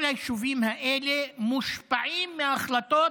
כל היישובים האלה מושפעים מההחלטות